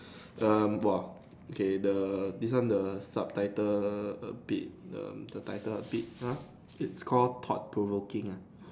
um !wah! okay the this one the subtitle a bit um the title a bit !huh! it's called thought provoking ah